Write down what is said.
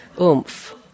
oomph